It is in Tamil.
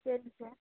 சரிங்க சார்